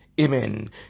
Amen